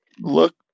look